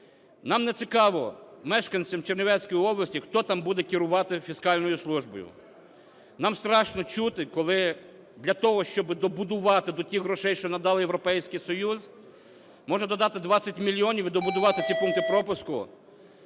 Нам не цікаво, мешканцям Чернівецької області, хто там буде керувати фіскальною службою. Нам страшно чути, коли для того, щоби добудувати до тих грошей, що надав Європейський Союз, можна додати 20 мільйонів і добудувати ці пункти пропуску.